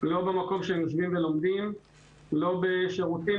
לא במקום שבו הם יושבים ולומדים ולא בשירותים,